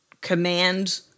command